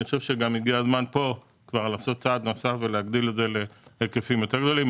אני חושב שהגיע הזמן לעשות צעד נוסף ולהגדיל את זה להיקפים יותר גדולים.